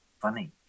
funny